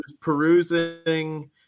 perusing